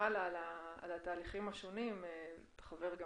מלמעלה על התהליכים השונים וחבר גם